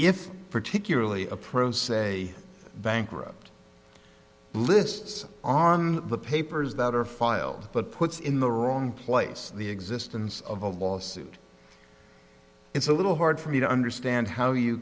if particularly a pro se bankrupt lists on the papers that are filed but puts in the wrong place the existence of a lawsuit it's a little hard for me to understand how you